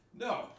No